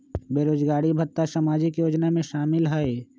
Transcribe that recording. बेरोजगारी भत्ता सामाजिक योजना में शामिल ह ई?